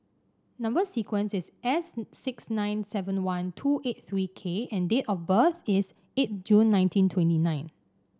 number sequence is S six nine seven one two eight three K and date of birth is eight June nineteen twenty nine